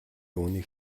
үүнийг